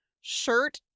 shirt